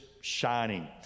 shining